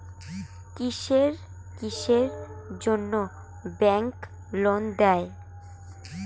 কিসের কিসের জন্যে ব্যাংক লোন দেয়?